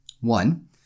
One